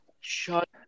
Shut